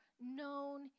known